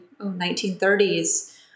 1930s